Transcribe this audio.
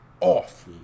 off